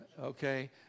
Okay